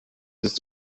ist